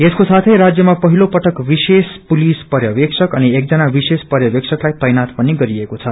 यसको साौँ राज्यमा पहिलो पटक विशेष पुलिस पर्यवेषक अनि एकजना विशेष पर्यवेक्षकलाई तैनाय पनि गरिएको छ